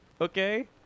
Okay